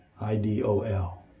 I-D-O-L